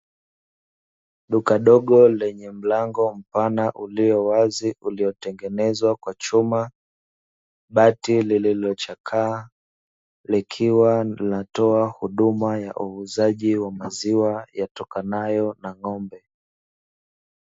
Duka dogo lenye mlango mpana ulio wazi uliotengenezwa kwa chuma, bati lililochakaa; likiwa linatoa huduma ya uuzaji wa maziwa yatokanayo na ng'ombe.